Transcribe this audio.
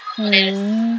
mm